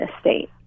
state